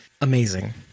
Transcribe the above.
amazing